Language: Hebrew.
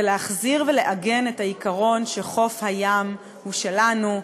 ולהחזיר ולעגן את העיקרון שחוף הים הוא שלנו,